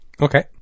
Okay